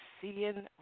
seeing